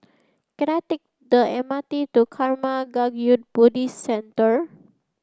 can I take the M R T to Karma Kagyud Buddhist Centre